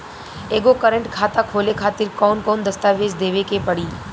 एगो करेंट खाता खोले खातिर कौन कौन दस्तावेज़ देवे के पड़ी?